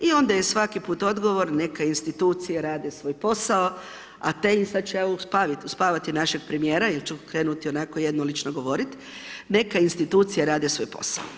I onda je svaki puta odgovor, neka institucije rade svoj posao, a … će uspavati našeg premjera jer ću krenuti onako jednolično govoriti, neka institucije rade svoj posao.